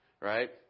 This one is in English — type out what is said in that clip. right